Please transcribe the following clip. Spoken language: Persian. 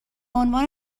عنوان